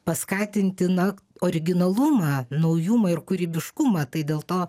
paskatinti na originalumą naujumą ir kūrybiškumą tai dėl to